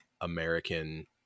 American